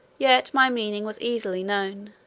yet my meaning was easily known,